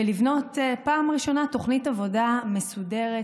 ולבנות בפעם הראשונה תוכנית עבודה מסודרת